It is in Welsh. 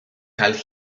cael